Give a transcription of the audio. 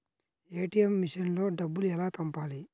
ATM మెషిన్లో డబ్బులు ఎలా పంపాలి?